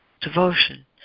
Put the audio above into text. devotion